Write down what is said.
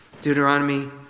Deuteronomy